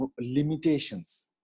Limitations